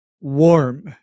warm